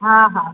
हा हा